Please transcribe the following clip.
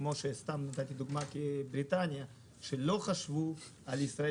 כמו למשל מבריטניה שלא חשבו על ישראל